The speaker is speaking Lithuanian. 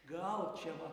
gal čia va